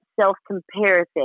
self-comparison